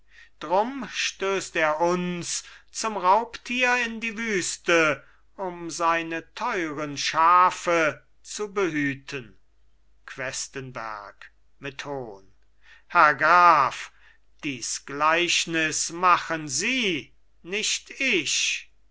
drum stößt er uns zum raubtier in die wüste um seine teuren schafe zu behüten questenberg mit hohn herr graf dies gleichnis machen sie nicht ich